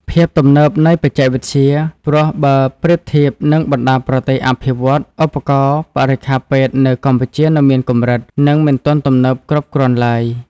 ភាពទំនើបនៃបច្ចេកវិទ្យា ព្រោះបើប្រៀបធៀបនឹងបណ្ដាប្រទេសអភិវឌ្ឍន៍ ឧបករណ៍បរិក្ខារពេទ្យនៅកម្ពុជានៅមានកម្រិត និងមិនទាន់ទំនើបគ្រប់គ្រាន់ឡើយ។